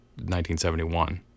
1971